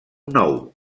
nou